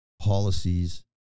policies